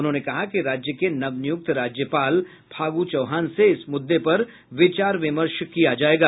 उन्होंने कहा कि राज्य के नवनियुक्त राज्यपाल फागू चौहान से इस मुददे पर विचार विमर्श किया जायेगा